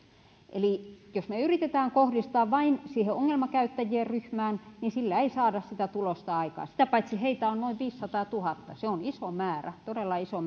eli jos me yritämme kohdistaa vain siihen ongelmakäyttäjien ryhmään niin sillä ei saada sitä tulosta aikaan sitä paitsi heitä on noin viisisataatuhatta se on iso määrä todella iso